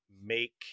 make